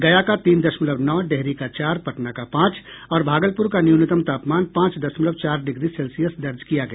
गया का तीन दशमलव नौ डेहरी का चार पटना का पांच और भागलपुर का न्यूनतम तापमान पांच दशमलव चार डिग्री सेल्सियस दर्ज किया गया